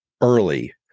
early